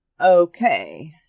Okay